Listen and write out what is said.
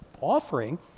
offering